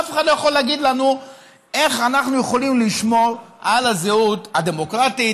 אף אחד לא יכול להגיד לנו איך אנחנו יכולים לשמור על הזהות הדמוקרטית,